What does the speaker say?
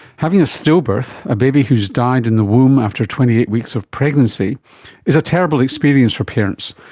having a stillbirth a baby who has died in the womb after twenty eight weeks of pregnancy is a terrible experience for parents,